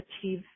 achieve